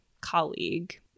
colleague